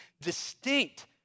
distinct